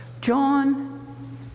John